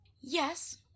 Yes